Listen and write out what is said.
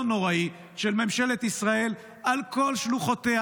נוראי של ממשלת ישראל על כל שלוחותיה,